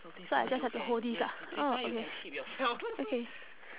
so I just have to hold this okay okay